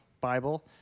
Bible